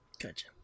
Gotcha